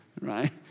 right